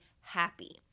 happy